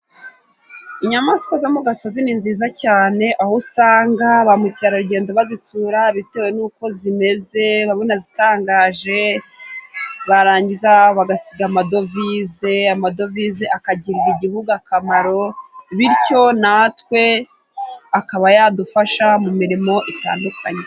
Inyamaswa zo mu gasozi ni nziza cyane aho usanga ba mukerarugendo bazisura, bitewe n'uko zimeze zitangaje barangiza bagasiga amadovize, amadovize akagirira igihugu akamaro ,bityo natwe akaba yadufasha mu mirimo itandukanye.